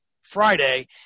Friday